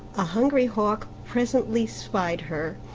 a hungry hawk presently spied her,